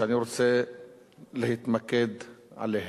שאני רוצה להתמקד בהן.